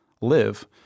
live